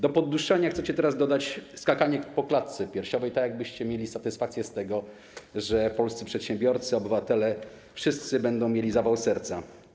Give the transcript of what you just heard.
Do podduszania chcecie teraz dodać skakanie po klatce piersiowej, tak jakbyście mieli satysfakcję z tego, że polscy przedsiębiorcy, obywatele, wszyscy będą mieli zawał serca.